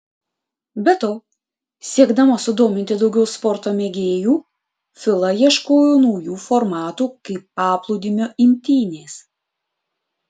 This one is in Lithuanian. be to siekdama sudominti daugiau sporto mėgėjų fila ieškojo naujų formatų kaip paplūdimio imtynės